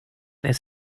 there